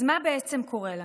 אז מה בעצם קורה לנו?